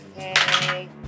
Okay